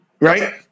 right